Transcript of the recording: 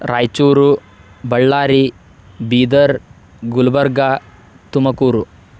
Raichur Ballari Bidar Gulbarga Tumakuru